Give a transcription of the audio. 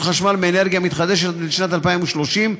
חשמל מאנרגיה מתחדשת עד לשנת 2030,